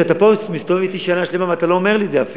אתה פוגש אותי פה הרבה, למה אתה לא אומר לי את זה?